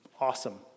Awesome